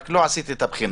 רק לא עשיתי את הבחינות.